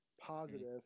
positive